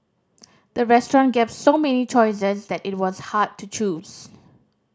the restaurant gave so many choices that it was hard to choose